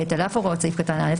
על אף הוראות סעיף קטן (א),